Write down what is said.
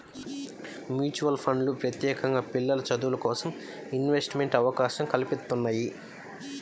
mutual ఫండ్లు ప్రత్యేకంగా పిల్లల చదువులకోసం ఇన్వెస్ట్మెంట్ అవకాశం కల్పిత్తున్నయ్యి